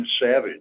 Savage